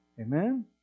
Amen